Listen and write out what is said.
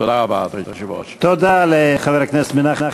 תודה רבה, אדוני היושב-ראש.